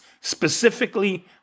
specifically